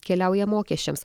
keliauja mokesčiams